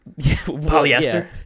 Polyester